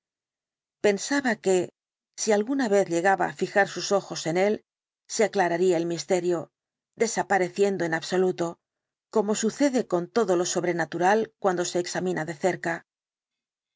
pensaba que si alguna vez llegaba á fijar sus ojos en él se aclararía el misterio desapareciendo en absoluto como sucede con todo lo sobrenatural cuando se examina de cerca